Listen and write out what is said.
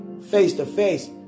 face-to-face